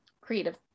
creative